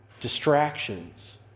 distractions